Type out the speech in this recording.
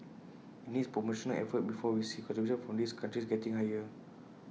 IT needs promotional effort before we see contributions from these countries getting higher